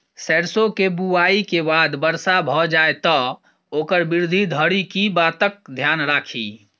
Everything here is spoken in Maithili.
सैरसो केँ बुआई केँ बाद वर्षा भऽ जाय तऽ ओकर वृद्धि धरि की बातक ध्यान राखि?